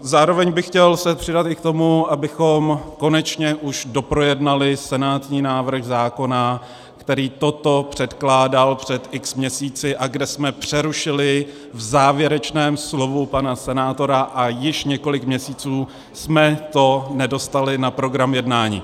Zároveň bych se chtěl přidat i k tomu, abychom konečně už doprojednali senátní návrh zákona, který toto předkládal před x měsíci a kde jsme přerušili v závěrečném slovu pana senátora, a již několik měsíců jsme to nedostali na program jednání.